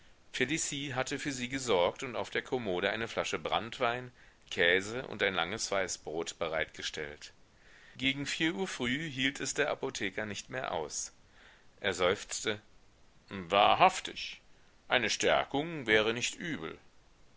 felicie hatte für sie gesorgt und auf der kommode eine flasche branntwein käse und ein langes weißbrot bereitgestellt gegen vier uhr früh hielt es der apotheker nicht mehr aus er seufzte wahrhaftig eine stärkung wäre nicht übel